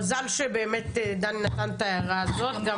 מזל שבאמת דני נתן את ההערה הזאת.